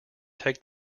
take